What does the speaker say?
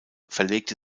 verlegte